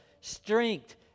strength